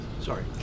Sorry